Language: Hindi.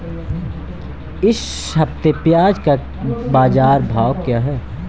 इस हफ्ते प्याज़ का बाज़ार भाव क्या है?